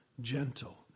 gentle